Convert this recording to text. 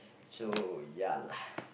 so ya lah